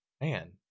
Man